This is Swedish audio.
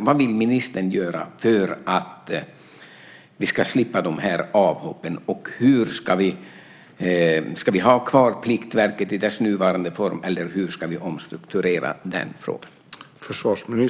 Vad vill ministern göra för att vi ska slippa de här avhoppen? Ska vi ha kvar Pliktverket i dess nuvarande form, eller hur ska vi omstrukturera det?